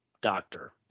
doctor